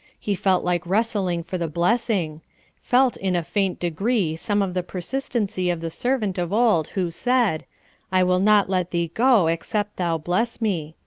he felt like wrestling for the blessing felt in a faint degree some of the persistency of the servant of old who said i will not let thee go, except thou bless me.